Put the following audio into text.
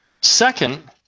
Second